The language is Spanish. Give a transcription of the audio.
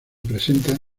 presenta